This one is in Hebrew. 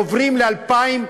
עוברים ל-2015.